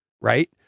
Right